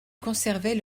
conservaient